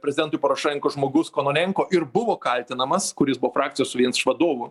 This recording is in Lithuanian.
prezidentui porošenko žmogus kononenko ir buvo kaltinamas kuris buvo frakcijos vien iš vadovų